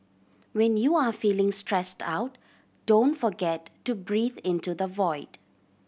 when you are feeling stressed out don't forget to breathe into the void